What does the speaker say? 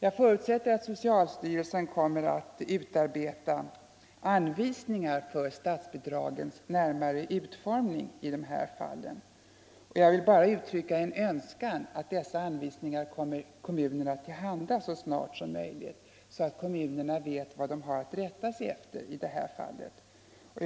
Jag förutsätter att socialstyrelsen kommer att utarbeta anvisningar för utformningen av statsbidraget i dessa fall, och jag vill bara uttrycka den önskan att de anvisningarna kommer kommunerna till handa så snart som möjligt, så att man ute i kommunerna vet vad man har att rätta sig efter.